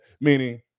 Meaning